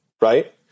right